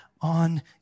on